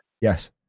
Yes